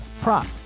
prop